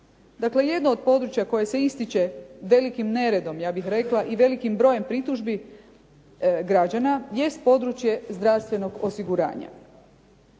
Dakle, jedno od područja koje se ističe velikim neredom ja bih rekla i velikim brojem pritužbi građana jest područje zdravstvenog osiguranja.